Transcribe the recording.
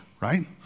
right